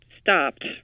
stopped